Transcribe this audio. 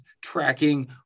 tracking